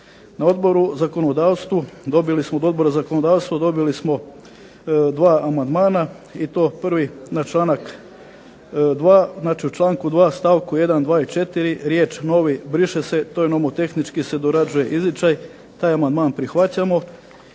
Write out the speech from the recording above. Od Odbora za zakonodavstvo dobili smo dva amandmana i to prvi na članak 2. Znači u članku 2. stavku 1., 2. i 4. riječ: "novi" briše se. To je nomotehnički se dorađuje izričaj. Taj amandman prihvaćamo.